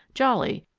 jolly,